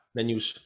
Na-news